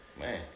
Man